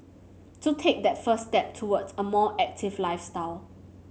so take that first step towards a more active lifestyle